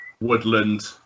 woodland